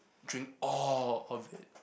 drink all of it